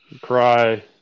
cry